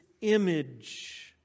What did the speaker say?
image